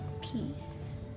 peace